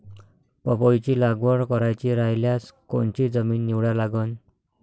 पपईची लागवड करायची रायल्यास कोनची जमीन निवडा लागन?